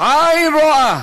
"עין רואה